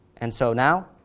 and so now,